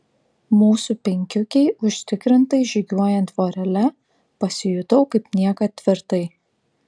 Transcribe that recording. mūsų penkiukei užtikrintai žygiuojant vorele pasijutau kaip niekad tvirtai